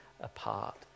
apart